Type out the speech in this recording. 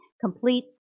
complete